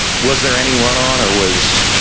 was there any run-on or was,